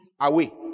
away